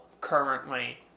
currently